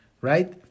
right